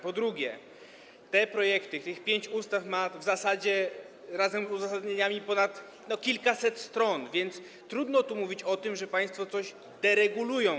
Po drugie, te projekty, tych pięć ustaw ma w zasadzie razem z uzasadnieniami ponad kilkaset stron, więc trudno tu mówić o tym, że państwo coś deregulują.